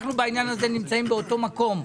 אנחנו בעניין הזה נמצאים באותו מקום.